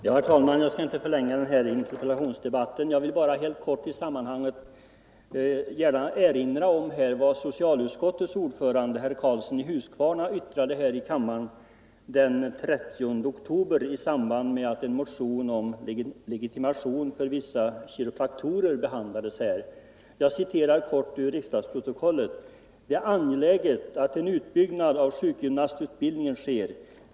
Herr talman! Jag skall inte förlänga interpellationsdebatten, utan jag vill bara helt kort i detta sammanhang erinra om vad socialutskottets ordförande herr Karlsson i Huskvarna yttrade här i kammaren den 30 oktober i år i samband med att en motion om legitimation för vissa kiropraktorer behandlas. Jag citerar ur riksdagsprotokollet: ”——-— det är angeläget att en utbyggnad av sjukgymnastutbildningen sker.